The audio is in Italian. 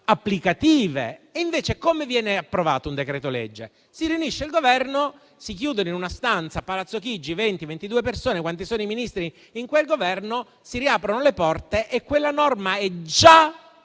applicative. Invece come viene approvato un decreto-legge? Si riunisce il Governo, si chiudono in una stanza a Palazzo Chigi 20-22 persone, quanti sono i Ministri di quel Governo, si riaprono le porte e quella norma è già